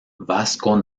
vasco